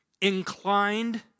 inclined